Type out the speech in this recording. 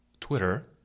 Twitter